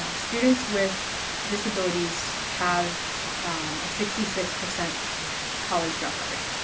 ah students with disabilities have a sixty six percent college dropout rate.